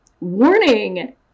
warning